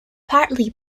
partly